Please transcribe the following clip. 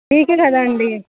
మీకే కదా అండి